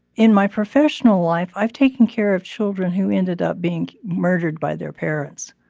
in my professional life, i've taken care of children who ended up being murdered by their parents.